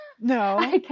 No